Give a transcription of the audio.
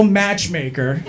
matchmaker